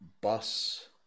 bus